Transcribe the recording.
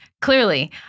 clearly